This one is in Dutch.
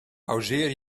pauzeer